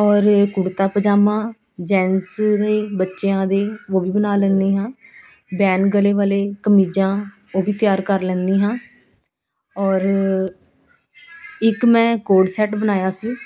ਔਰ ਕੁੜਤਾ ਪਜਾਮਾ ਜੈਨਸ ਦੇ ਬੱਚਿਆਂ ਦੇ ਵੋਹ ਵੀ ਬਣਾ ਲੈਂਦੀ ਹਾਂ ਵੈਨ ਗਲੇ ਵਾਲੇ ਕਮੀਜ਼ਾਂ ਉਹ ਵੀ ਤਿਆਰ ਕਰ ਲੈਂਦੀ ਹਾਂ ਔਰ ਇੱਕ ਮੈਂ ਕੋਟ ਸੈਟ ਬਣਾਇਆ ਸੀ